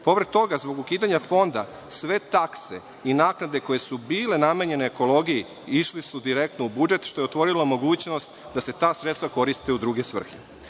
Povrh toga, zbog ukidanja Fonda, sve takse i naknade koje su bile namenjene ekologiji išli su direktno u budžet, što je otvorilo mogućnost da se ta sredstva koriste u druge